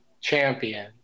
champion